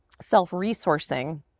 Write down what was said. self-resourcing